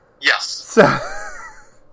Yes